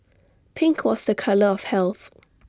pink was the colour of health